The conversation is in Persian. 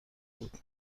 بود